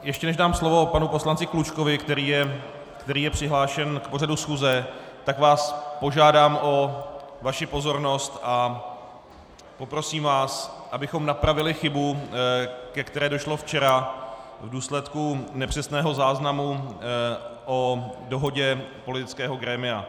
Ještě než dám slovo panu poslanci Klučkovi, který je přihlášen k pořadu schůze, tak vás požádám o vaši pozornost a poprosím vás, abychom napravili chybu, ke které došlo včera v důsledku nepřesného záznamu o dohodě politického grémia.